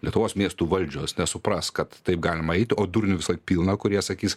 lietuvos miestų valdžios nesupras kad taip galima eit o durnių visąlaik pilna kurie sakys